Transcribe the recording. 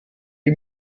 die